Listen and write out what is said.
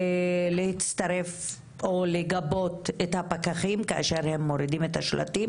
להצטרף או לגבות את הפקחים כאשר הם מורידים את השלטים,